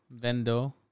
vendo